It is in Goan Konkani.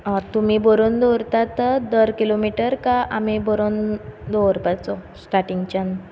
आ तुमी बरोवन दवरतात दर किलोमिटर काय आमी बरोवन दवरपाचो स्टाटींगच्यान